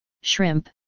shrimp